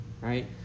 Right